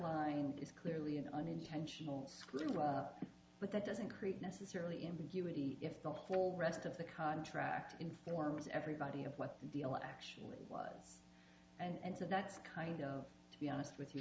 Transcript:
line is clearly an unintentional screw but that doesn't create necessarily impunity if the whole rest of the contract informs everybody what the deal actually was and so that's kind of to be honest with you